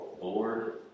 Lord